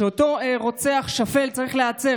שאותו רוצח שפל ייעצר.